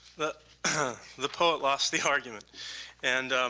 the ah the poet lost the argument and